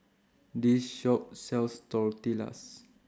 This Shop sells Tortillas